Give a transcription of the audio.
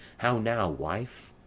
how now, wife?